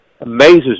amazes